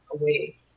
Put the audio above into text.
away